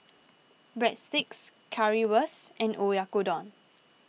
Breadsticks Currywurst and Oyakodon